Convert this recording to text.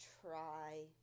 try